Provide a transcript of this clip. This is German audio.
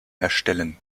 erstellen